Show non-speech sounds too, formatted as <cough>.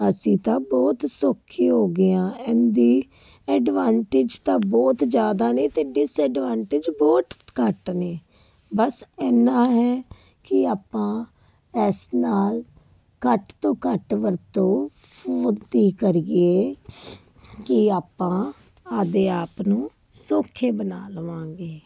ਅਸੀਂ ਤਾਂ ਬਹੁਤ ਸੌਖੇ ਹੋ ਗਏ ਹਾਂ ਇਹਦੀ ਐਡਵਾਂਟੇਜ ਤਾਂ ਬਹੁਤ ਜ਼ਿਆਦਾ ਨੇ ਅਤੇ ਡਿਸਐਡਵਾਂਟੇਜ ਬਹੁਤ ਘੱਟ ਨੇ ਬਸ ਇੰਨਾ ਹੈ ਕਿ ਆਪਾਂ ਇਸ ਨਾਲ ਘੱਟ ਤੋਂ ਘੱਟ ਵਰਤੋਂ <unintelligible> ਕਰੀਏ ਕਿ ਆਪਾਂ ਆਪਣੇ ਆਪ ਨੂੰ ਸੌਖੇ ਬਣਾ ਲਵਾਂਗੇ